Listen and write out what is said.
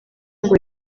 ngo